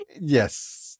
Yes